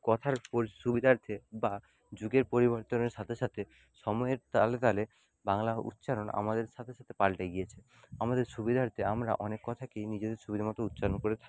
কথার সুবিধার্থে বা যুগের পরিবর্তনের সাথে সাথে সময়ের তালে তালে বাংলা উচ্চারণ আমাদের সাথে সাথে পাল্টে গিয়েছে আমাদের সুবিধার্থে আমরা অনেক কথাকেই নিজেদের সুবিধামতো উচ্চারণ করে থাকি